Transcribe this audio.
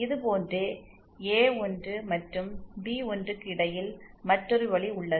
இது போன்றே ஏ1 மற்றும் பி1 க்கு இடையில் மற்றொரு வழி உள்ளது